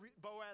Boaz